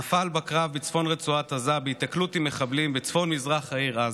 נפל בקרב בצפון רצועת עזה בהיתקלות עם מחבלים בצפון מזרח העיר עזה.